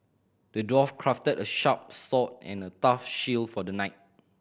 the dwarf crafted a sharp sword and a tough shield for the knight